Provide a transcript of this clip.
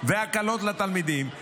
והקלות לתלמידים.